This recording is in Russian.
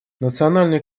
национальный